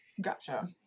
Gotcha